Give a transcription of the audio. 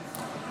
שמי.